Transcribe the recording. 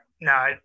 no